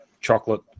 chocolate